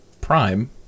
prime